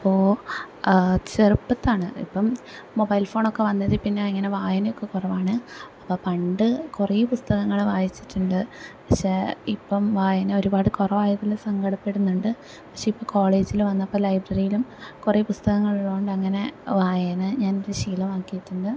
അപ്പോൾ ചെറുപ്പത്താണ് ഇപ്പം മൊബൈൽ ഫോണൊക്കെ വന്നതിൽ പിന്നെ ഇങ്ങനെ വായനയൊക്കെ കുറവാണ് അപ്പം പണ്ട് കുറെ പുസ്തകങ്ങൾ വായിച്ചിട്ടുണ്ട് പക്ഷേ ഇപ്പം വായന ഒരുപാട് കുറവായതിൽ സങ്കടപ്പെടുന്നുണ്ട് പക്ഷേ ഇപ്പം കോളേജിൽ വന്നപ്പോൾ ലൈബ്രറീലും കുറെ പുസ്തകങ്ങളുള്ളോണ്ട് അങ്ങനെ വായന ഞാൻ ഒരു ശീലമാക്കിയിട്ടുണ്ട്